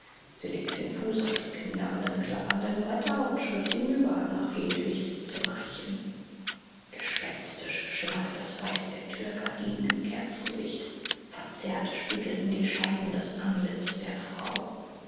sie legte den fuß auf die knarrenden klappernden bretter und schritt hinüber nach hedwigs zimmerchen gespenstisch schimmerte das weiß der türgardinen im kerzenlicht verzerrt spiegelten die scheiben das antlitz der frau